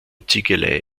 ziegelei